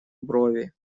брови